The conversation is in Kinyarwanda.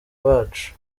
bacu